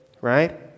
right